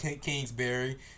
Kingsbury